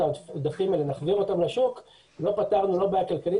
העודפים האלה ונחזיר אותם לשוק לא פתרנו לא בעיה כלכלית